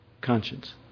conscience